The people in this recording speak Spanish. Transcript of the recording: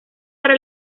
para